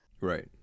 Right